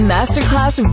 Masterclass